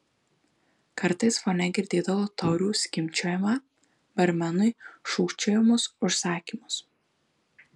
kartais fone girdėdavau taurių skimbčiojimą barmenui šūkčiojamus užsakymus